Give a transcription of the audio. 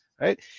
right